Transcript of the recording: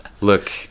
look